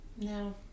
No